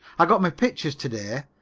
i got my pictures to-day.